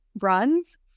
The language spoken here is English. runs